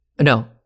no